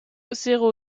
zéro